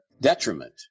detriment